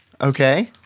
Okay